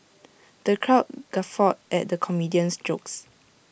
the crowd guffawed at the comedian's jokes